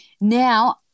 Now